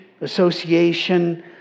association